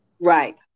Right